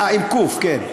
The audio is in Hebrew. עם קו"ף, כן.